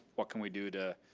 what can we do to?